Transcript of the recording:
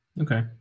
Okay